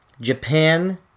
japan